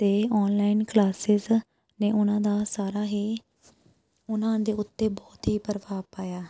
ਅਤੇ online classes ਨੇ ਉਹਨਾਂ ਦਾ ਸਾਰਾ ਹੀ ਉਹਨਾਂ ਦੇ ਉੱਤੇ ਬਹੁਤ ਹੀ ਪ੍ਰਭਾਵ ਪਾਇਆ